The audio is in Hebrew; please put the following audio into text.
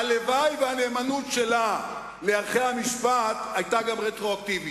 הלוואי שהנאמנות שלה לערכי המשפט היתה גם רטרואקטיבית,